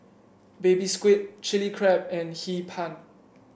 Baby Squid Chili Crab and Hee Pan